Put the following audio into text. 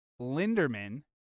Linderman